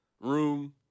room